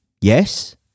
Yes